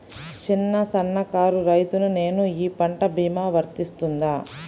చిన్న సన్న కారు రైతును నేను ఈ పంట భీమా వర్తిస్తుంది?